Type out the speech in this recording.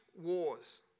wars